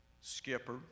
Skipper